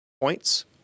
points